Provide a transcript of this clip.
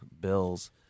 bills